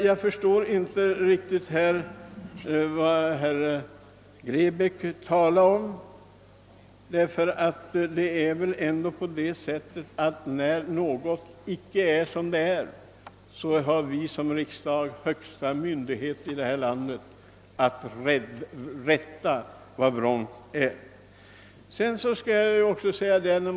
Jag förstår inte herr Grebäcks uppfattning, ty om något inte är som det borde vara här i landet, så skall väl riksdagen som landets högsta myndighet ha skyldighet att rätta till vad vrångt är.